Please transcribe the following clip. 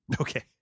Okay